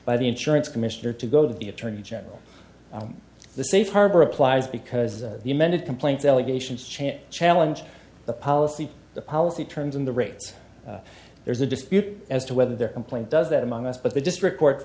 by the insurance commissioner to go to the attorney general the safe harbor applies because the amended complaint the allegations chant challenge the policy the policy terms and the rates there's a dispute as to whether their complaint does that among us but the district court